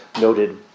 noted